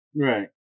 Right